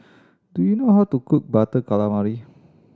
do you know how to cook Butter Calamari